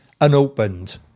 unopened